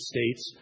States